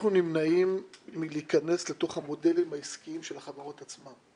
אנחנו נמנעים מלהיכנס לתוך המודלים העסקיים של החברות עצמן.